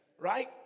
Right